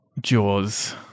Jaws